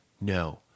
no